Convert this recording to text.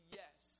yes